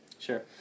Sure